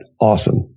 awesome